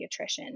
pediatrician